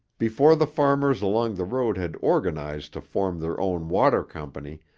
before the farmers along the road had organized to form their own water company,